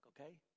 okay